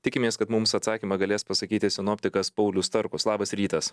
tikimės kad mums atsakymą galės pasakyti sinoptikas paulius starkus labas rytas